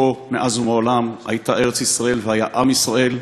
שפה מאז ומעולם הייתה ארץ-ישראל והיה עם ישראל,